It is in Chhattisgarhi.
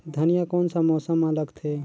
धनिया कोन सा मौसम मां लगथे?